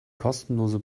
kostenlose